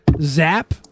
Zap